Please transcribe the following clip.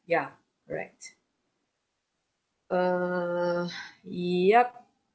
ya right err yup